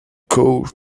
court